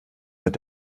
mit